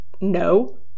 no